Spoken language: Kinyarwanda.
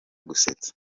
gusetsa